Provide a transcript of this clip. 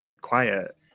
quiet